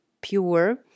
pure